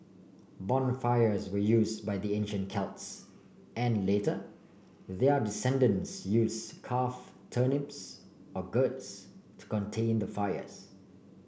bonfires were use by the ancient Celts and later their descendents use carve turnips or gourds to contain the fires